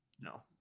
no